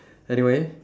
anyway